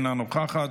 אינה נוכחת,